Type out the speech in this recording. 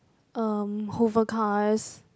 um hover cars